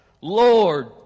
Lord